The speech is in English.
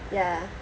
ya